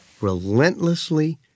relentlessly